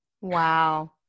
Wow